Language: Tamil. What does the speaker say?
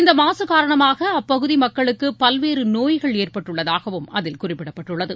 இந்த மாசு காரணமாக அப்பகுதி மக்களுக்கு பல்வேறு நோய்கள் ஏற்பட்டுள்ளதாகவும் அதில் குறிப்பிடப்பட்டுள்ளது